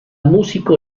músico